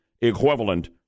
equivalent